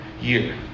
year